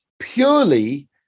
purely